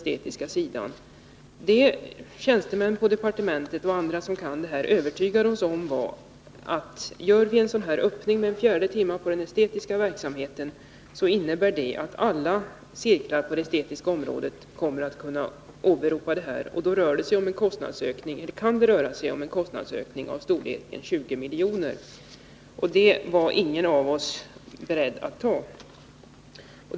Tjänstemän på departementet och andra som kan dessa frågor övertygade oss också om, att om vi gör en sådan här öppning på den estetiska verksamheten, innebär det att alla estetiska cirklar kan åberopa bestämmelsen. Då kan det röra sig om en kostnadsökning av storleksordningen 20 miljoner, och detta var ingen av oss beredd att ta.